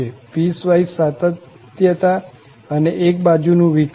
piecewise સાતત્યતા અને એક બાજુ નું વિકલન